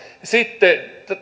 sitten